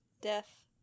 Death